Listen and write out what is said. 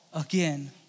again